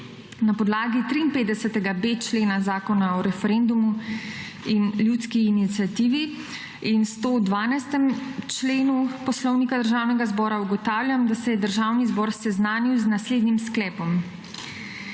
Na podlagi 53. b člena Zakona o referendumu in ljudski iniciativi in 112. členu Poslovnika Državnega zbora, ugotavljam, da se je Državni zbor seznanil z naslednjim sklepom: